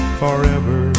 forever